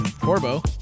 Corbo